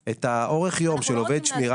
בשמירה.